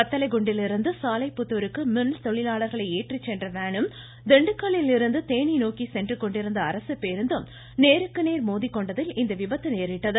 வத்தலகுண்டிலிருந்து சாலைபுதூருக்கு மில் தொழிலாளர்களை ஏற்றிசென்ற வேனும் திண்டுக்கல்லில் இருந்து தேனி நோக்கி சென்றுகொண்டிருந்த அருசு பேருந்தும் நேருக்கு நேர் மோதிக்கொண்டதில் இந்த விபத்து நேரிட்டது